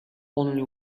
only